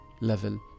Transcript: level